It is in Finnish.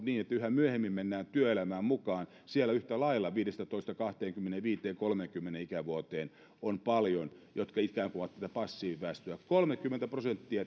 niin että yhä myöhemmin mennään työelämään mukaan siellä yhtä lailla viidestätoista kahteenkymmeneenviiteen viiva kolmeenkymmeneen ikävuoteen on paljon jotka ikään kuin ovat passiiviväestöä kolmekymmentä prosenttia